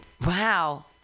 Wow